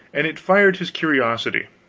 and it fired his curiosity.